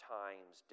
times